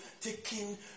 taking